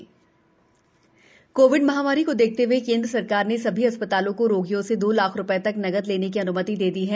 नकद छट कोविड महामारी को देखते हए केंद्र सरकार ने सभी अस् तालों को रोगियों से दो लाख रू ये तक नकद लेने की अन्मति दे दी है